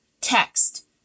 text